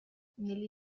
negli